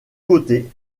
côté